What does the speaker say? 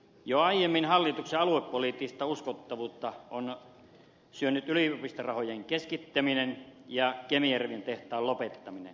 jo aiemmin hallituksen aluepoliittista uskottavuutta on syönyt yliopistorahojen keskittäminen ja kemijärven tehtaan lopettaminen ja nyt vielä tämä